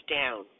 down